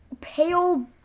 pale